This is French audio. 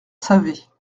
savait